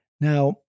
Now